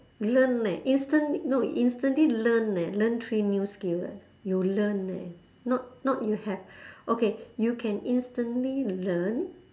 learn leh instantly no instantly learn leh learn three new skills eh you learn eh not not you have okay you can instantly learn